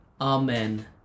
Amen